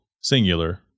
singular